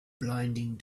blinding